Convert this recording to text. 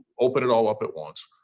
open it all up at once,